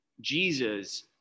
Jesus